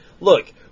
look